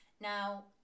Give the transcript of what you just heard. Now